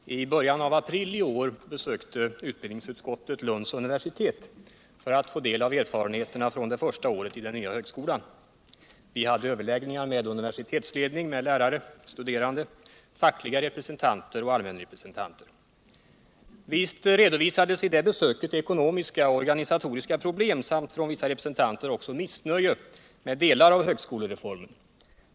Herr talman! I början av april, i år besökte utbildningsutskottet Lunds universitet för att få del av erfarenheterna från det första året i den nya högskolan. Vi hade överläggningar med universitetsledning, lärare, studerande, fackliga representanter och allmänrepresentanter. Visst redovisades vid det besöket ekonomiska och organisatoriska problem samt, från vissa representanter, missnöje med delar av högskolereformen.